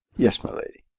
yes, my lady.